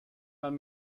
man